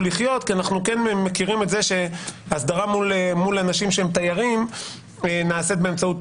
לחיות כי אנו כן מכירים את זה שהסדרה מול תיירים נעשית באמצעות